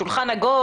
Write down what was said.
שולחן עגול,